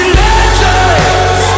legends